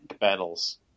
battles